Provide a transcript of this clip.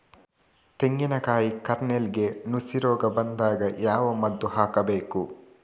ತೆಂಗಿನ ಕಾಯಿ ಕಾರ್ನೆಲ್ಗೆ ನುಸಿ ರೋಗ ಬಂದಾಗ ಯಾವ ಮದ್ದು ಹಾಕಬೇಕು?